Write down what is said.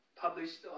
published